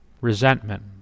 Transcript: Resentment